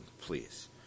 please